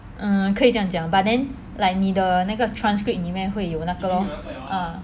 err 可以这样讲 but then like 你的那个 transcript 里面会有那个 lor